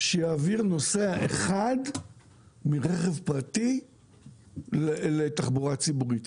שיעביר נוסע אחד מרכב פרטי לתחבורה ציבורית.